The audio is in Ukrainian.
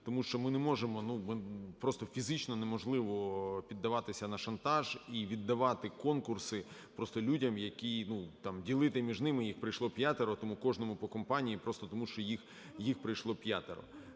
Тому що ми не можемо, ну, просто фізично неможливо піддаватися на шантаж і віддавати конкурси просто людям, які, ну, там ділити між ними, їх прийшло п'ятеро, тому – кожному по компанії просто, тому що їх прийшло п'ятеро.